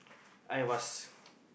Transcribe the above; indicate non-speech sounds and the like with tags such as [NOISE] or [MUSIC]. I was [BREATH]